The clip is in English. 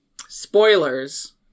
Spoilers